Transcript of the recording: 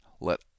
Let